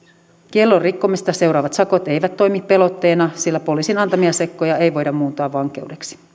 kiellon rikkomista seuraavat sakot eivät toimi pelotteena sillä poliisin antamia sakkoja ei voida muuntaa vankeudeksi